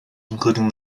including